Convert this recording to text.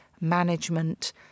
management